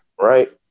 Right